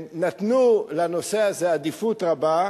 נתנו לנושא הזה עדיפות רבה,